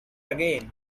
again